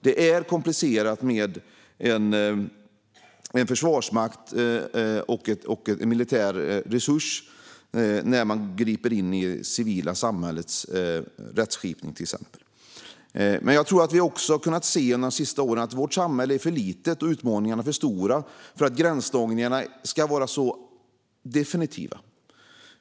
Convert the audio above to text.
Det är komplicerat med en försvarsmakt och en militär resurs som griper in i det civila samhällets rättskipning. Men jag tror att vi också de senaste åren har kunnat se att vårt samhälle är för litet och utmaningarna för stora för att gränsdragningarna ska vara så definitiva.